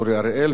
ואם הוא לא יהיה,